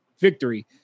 victory